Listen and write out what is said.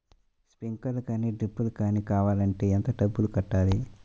Sprinkler కానీ డ్రిప్లు కాని కావాలి అంటే ఎంత డబ్బులు కట్టాలి?